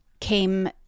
came